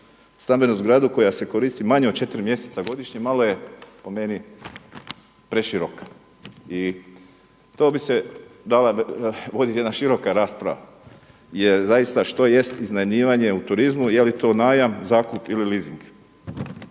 stambenu zgradu koja se koristi manje od četiri mjeseca godišnje malo je po meni preširoka. I to bi se dalo voditi jedna široka rasprava jer zaista što jest iznajmljivanje u turizmu, jeli to najam, zakup ili leasing.